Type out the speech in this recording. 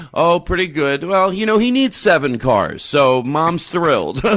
oh, pretty good. well, you know, he needs seven cars, so mom's thrilled.